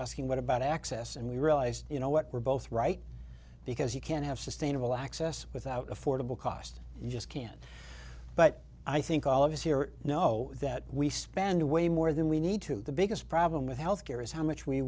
asking what about access and we realized you know what we're both right because you can't have sustainable access without affordable cost you just can't but i think all of us here know that we spend way more than we need to the biggest problem with health care is how much we